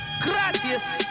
Gracias